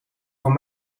van